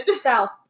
South